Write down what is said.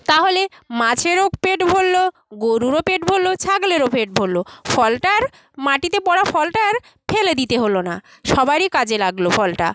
তাহলে মাছেরও পেট ভরল গোরুরও পেট ভরল ছাগলেরও পেট ভরল ফলটা আর মাটিতে পড়া ফলটা আর ফেলে দিতে হলো না সবারই কাজে লাগল ফলটা